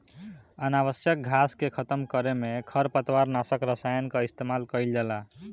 अनावश्यक घास के खतम करे में खरपतवार नाशक रसायन कअ इस्तेमाल कइल जाला